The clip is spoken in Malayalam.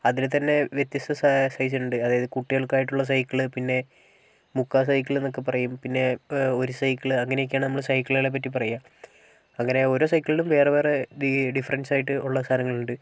അതിൽ തന്നെ വ്യത്യസ്ത സൈസ് ഉണ്ട് അതായത് കുട്ടികൾക്കായിട്ടുള്ള സൈക്കിൾ പിന്നെ മുക്കാൽ സൈക്കിളെന്നൊക്കെ പറയും പിന്നെ ഒരു സൈക്കിൾ അങ്ങനെയൊക്കെയാണ് നമ്മൾ സൈക്കിളുകളെപ്പറ്റി പറയാം അങ്ങനെ ഓരോ സൈക്കിളിനും വേറെ വേറെ ഡിഫറെൻ്റ്സ് ആയിട്ട് ഉള്ള സാധനങ്ങളുണ്ട്